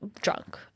drunk